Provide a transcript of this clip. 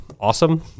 awesome